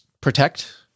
protect